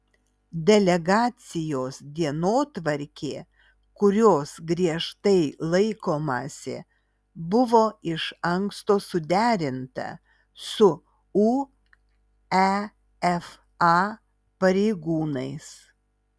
delegacijos dienotvarkė kurios griežtai laikomasi buvo iš anksto suderinta su uefa pareigūnais